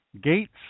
Gates